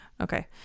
Okay